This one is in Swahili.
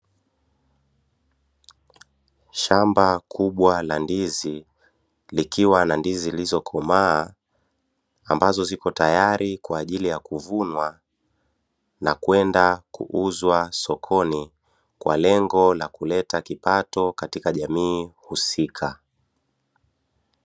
Shamba kubwa la ndizi, likiwa na ndizi zilizokomaa, ambazo zipo tayari kwaajili ya kuvunwa, na kwenda kuuzwa sokoni kwa lengo la kuleta kipato katika jamii husika.